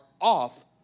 off